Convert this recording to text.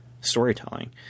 storytelling